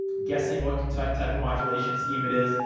guessing what type type of modulations scheme it is.